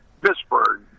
Pittsburgh